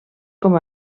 com